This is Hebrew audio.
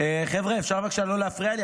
חבר'ה אפשר בבקשה לא להפריע לי?